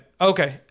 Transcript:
Okay